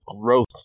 growth